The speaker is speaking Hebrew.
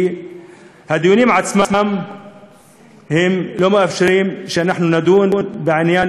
כי הדיונים עצמם לא מאפשרים לנו לדון בעניין